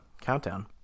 countdown